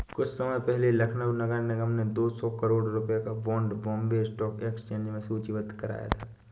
कुछ समय पहले लखनऊ नगर निगम ने दो सौ करोड़ रुपयों का बॉन्ड बॉम्बे स्टॉक एक्सचेंज में सूचीबद्ध कराया था